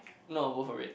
no both of it